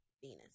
Venus